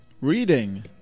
Reading